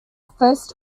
first